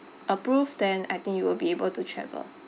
approve then I think you will be able to travel